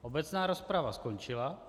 Obecná rozprava skončila...